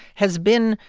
has been,